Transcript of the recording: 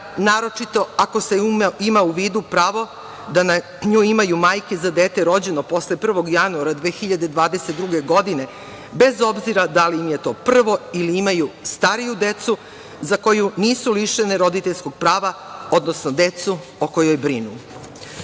naročito ako se ima u vidu pravo da na nju imaju majke za dete rođeno posle 1. januara 2022. godine bez obzira da li im je to prvo ili imaju stariju decu za koju nisu lišene roditeljskog prava, odnosno decu o kojoj brinu. Ono